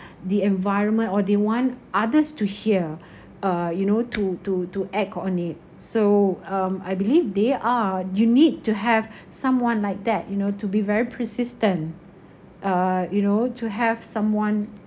the environment or they want others to hear uh you know to to to act on it so um I believe they are you need to have someone like that you know to be very persistent uh you know to have someone